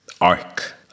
arc